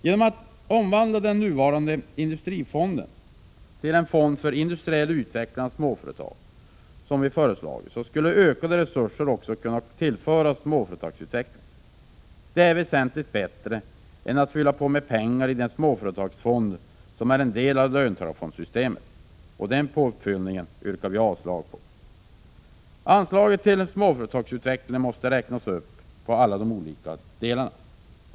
Genom att, som vi föreslagit, omvandla den nuvarande industrifonden till en fond för industriell utveckling av småföretag skulle ökade resurser kunna tillföras småföretagsutveckling. Det är väsentligt bättre än att fylla på med = Prot. 1986/87:130 pengar i den småföretagsfond som är en del av löntagarfondssystemet. Den 25 maj 1987 påfyllningen yrkar vi avslag på. Anslaget till småföretagsutveckling måste räknas upp på alla dess olika delar.